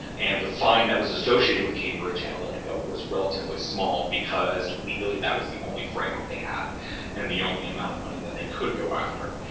and the fine that was associated with cambridge analytica was relatively small, because legally that was the only framework they had and the only amount of money that they could go after.